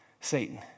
Satan